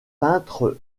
peintre